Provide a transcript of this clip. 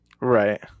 right